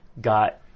got